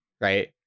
right